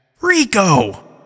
RICO